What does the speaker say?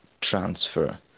transfer